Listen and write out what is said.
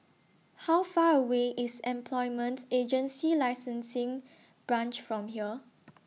How Far away IS Employment Agency Licensing Branch from here